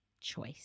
choice